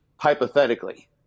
Hypothetically